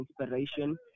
inspiration